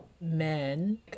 men